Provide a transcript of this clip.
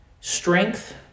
Strength